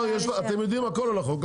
אתם יודעים הכול על החוק,